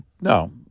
No